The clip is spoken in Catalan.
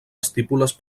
estípules